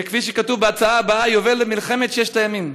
וכפי שכתוב בהצעה הבאה, ליובל למלחמת ששת הימים.